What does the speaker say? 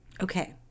Okay